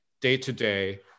day-to-day